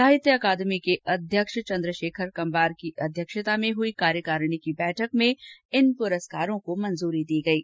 साहित्य अकादमी के अध्यक्ष चन्द्रशेखर कम्बार की अध्यक्षता में हई कार्यकारिणी की बैठक में इन प्रस्कारों को मंजूरी दी गयी